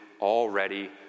already